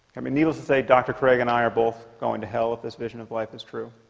i mean needles to say dr. craig and i are both going to hell if this vision of life is true